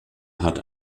hat